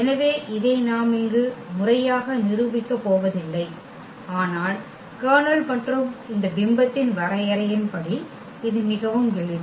எனவே இதை நாம் இங்கு முறையாக நிரூபிக்கப் போவதில்லை ஆனால் கர்னல் மற்றும் இந்த பிம்பத்தின் வரையறையின்படி இது மிகவும் எளிது